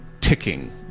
ticking